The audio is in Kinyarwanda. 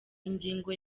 ingingo